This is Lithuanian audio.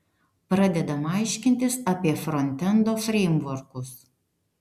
pradedam aiškintis apie frontendo freimvorkus